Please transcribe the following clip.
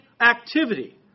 activity